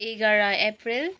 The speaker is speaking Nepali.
एघार अप्रेल